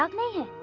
um me,